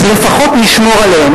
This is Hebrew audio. אז לפחות נשמור עליהם.